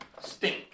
stink